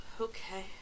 Okay